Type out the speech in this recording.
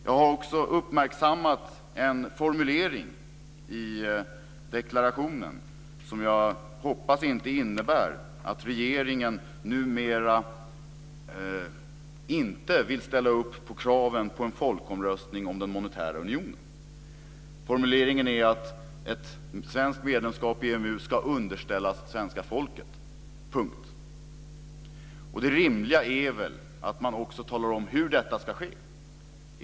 Jag har också uppmärksammat en formulering i deklarationen som jag hoppas inte innebär att regeringen numera inte vill ställa upp på kraven på en folkomröstning om den monetära unionen. Formuleringen är att ett svenskt medlemskap i EMU ska "underställas svenska folket". Det rimliga är väl att man också talar om hur detta ska ske.